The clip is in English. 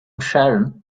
sharon